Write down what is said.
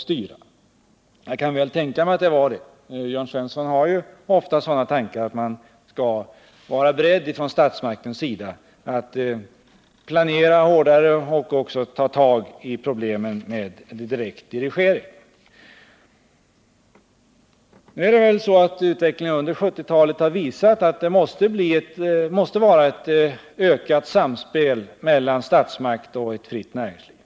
Men jag kan tänka mig det. Jörn Svensson har ju ofta sådana tankar att statsmakten skall vara beredd att planera hårdare och även ta tag i problemen med direkt dirigering. Nu är det väl så att utvecklingen under 1970-talet har visat att det måste vara ett ökat samspel mellan statsmakten och ett fritt näringsliv.